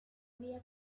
vía